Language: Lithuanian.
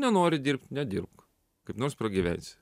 nenori dirbt nedirbk kaip nors pragyvensi